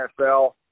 NFL